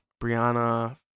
Brianna